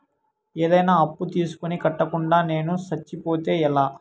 ఏదైనా అప్పు తీసుకొని కట్టకుండా నేను సచ్చిపోతే ఎలా